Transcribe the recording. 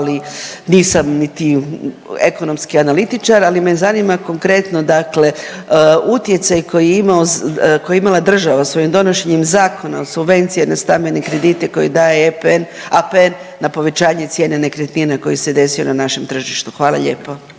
ali nisam niti ekonomski analitičar. Ali me zanima konkretno dakle utjecaj koji je imala država svojim donošenjem Zakona o subvenciji na stambene kredite koje daje APN na povećanje cijene nekretnine koji se desio na našem tržištu? Hvala lijepo.